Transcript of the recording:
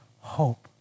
hope